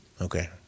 Okay